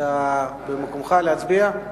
אתה במקומך להצביע?